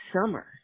summer